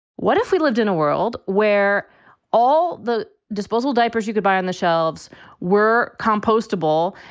what if we lived in a world where all the disposable diapers you could buy on the shelves were compostable.